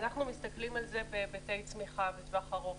אנחנו מסתכלים על זה בהיבטי צמיחה לטווח ארוך,